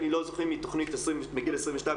אני לא זוכר אם היא תכנית מגיל 22,